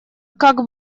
как